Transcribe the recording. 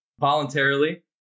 voluntarily